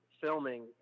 filming